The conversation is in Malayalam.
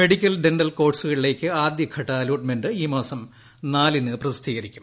മെഡിക്കൽ ഡെന്റൽ കോഴ്സുകളിലേക്ക് ആദ്യഘട്ട അലോട്ട്മെന്റ് ഈ മാസം നാലിന് പ്രസിദ്ധീകരിക്കും